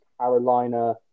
Carolina